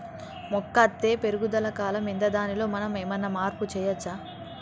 మొక్క అత్తే పెరుగుదల కాలం ఎంత దానిలో మనం ఏమన్నా మార్పు చేయచ్చా?